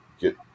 get